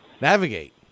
Navigate